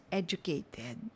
educated